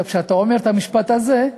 כשאתה אומר את המשפט הזה,